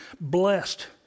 Blessed